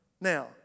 Now